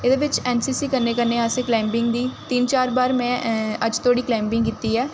एह्दे बिच्च N C C करने कन्नै असें क्लाइंबिंग दी तिन्न चार बार में अज्ज धोड़ी क्लाइंबिंग कीती ऐ